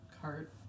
cart